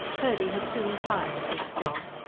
purdy had soon tired of this job,